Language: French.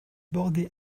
bordée